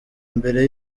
mbere